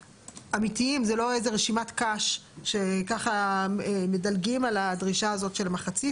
אמיתיים וזה לא איזה רשימת קש שככה מדלגים על הדרישה הזאת של מחצית,